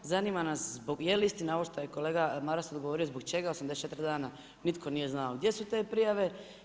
Zanima nas, je li istina ovo što je kolega Maras odgovorio zbog čega 84 dana nitko nije znao gdje su te prijave?